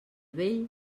vell